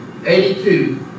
82